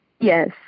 Yes